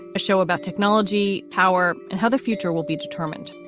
a show about technology, power and how the future will be determined.